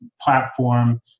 platform